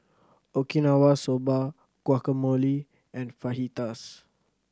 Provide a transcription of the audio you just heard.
Okinawa Soba Guacamole and Fajitas